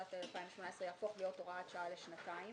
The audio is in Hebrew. התשע"ט-2018 הנוסח יהפוך להיות הוראת שעה לשנתיים.